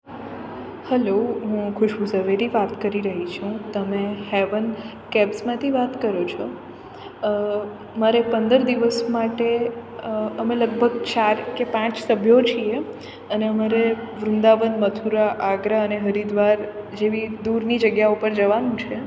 hello હું ખુશ્બું ઝવેરી વાત કરી રહી છું તમે હેવન કેબ્સમાંથી વાત કરો છો મારે પંદર દિવસ માટે અમે લગભગ ચાર કે પાંચ સભ્યો છીએ અને અમારે વૃંદાવન મથુરા આગ્રા અને હરિદ્વાર જેવી દૂરની જગ્યાઓ ઉપર જવાનું છે